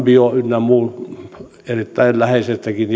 bio ynnä muusta jätteestä erittäin läheltäkin